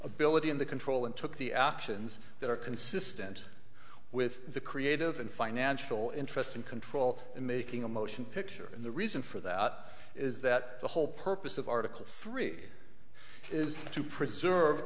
ability and the control and took the actions that are consistent with the creative and financial interest and control in making a motion picture and the reason for that is that the whole purpose of article three is to preserve